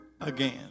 again